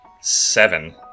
Seven